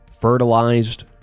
fertilized